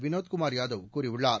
வினோத்குமார் யாதவ் கூறியுள்ளார்